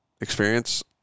experience